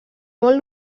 molt